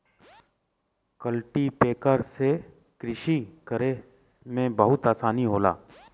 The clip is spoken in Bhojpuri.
कल्टीपैकर से कृषि करे में बहुते आसानी होला